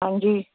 ਹਾਂਜੀ